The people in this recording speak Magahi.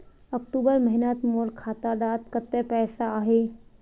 अक्टूबर महीनात मोर खाता डात कत्ते पैसा अहिये?